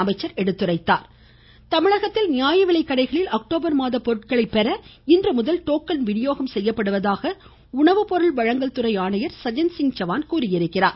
சஜன்சிங் சவான் தமிழகத்தில் நியாய விலைக்கடைகளில் அக்டோபர் மாத பொருட்களை பெறுவதற்கு இன்று முதல் டோக்கன் வினியோகம் செய்யப்படுவதாக உணவு பொருள் வழங்கல் துறை ஆணையர் சஜன்சிங் சவான் தெரிவித்துள்ளார்